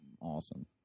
awesome